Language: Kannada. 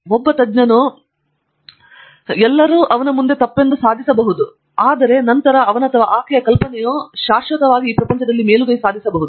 ಒಬ್ಬ ತಜ್ಞನು ಎಲ್ಲರೂ ಅವನ ಮುಂದೆ ತಪ್ಪೆಂದು ಸಾಬೀತುಪಡಿಸಬಹುದು ಮತ್ತು ನಂತರ ಅವನ ಅಥವಾ ಆಕೆಯ ಕಲ್ಪನೆಯು ನಂತರ ಶಾಶ್ವತವಾಗಿ ಮೇಲುಗೈ ಸಾಧಿಸಬಹುದು